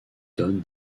donne